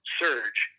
surge